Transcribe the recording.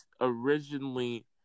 originally